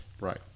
right